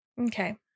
Okay